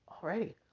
already